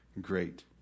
great